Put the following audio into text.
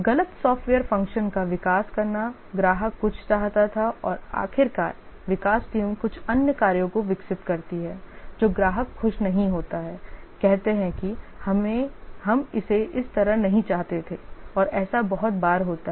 गलत software function का विकास करना ग्राहक कुछ चाहता था और आखिरकार विकास टीम कुछ अन्य कार्यों को विकसित करती है जो ग्राहक खुश नहीं होता है कहते हैं कि हम इसे इस तरह नहीं चाहते थे और ऐसा बहुत बार होता है